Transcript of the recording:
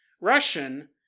Russian